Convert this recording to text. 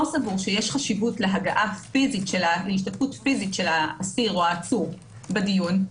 סבור שיש חשיבות להשתתפות פיזית של האסיר או העצור בדיון,